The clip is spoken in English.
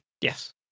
Yes